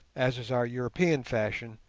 as is our european fashion,